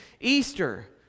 Easter